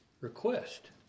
request